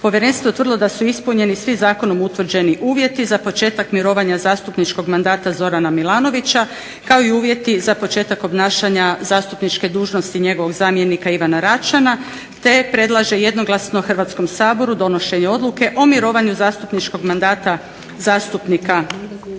Povjerenstvo je utvrdilo da su ispunjeni svi zakonom utvrđeni uvjeti za početak mirovanja zastupničkog mandata Zorana Milanovića kao i uvjeti za početak obnašanja zastupničke dužnosti njegovog zamjenika Ivana Račana te predlaže jednoglasno Hrvatskom saboru donošenje Odluke o mirovanju zastupničkog mandata zastupnika